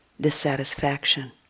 dissatisfaction